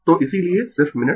तो इसीलिए सिर्फ मिनट